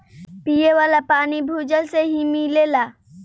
पिये वाला पानी भूजल से ही मिलेला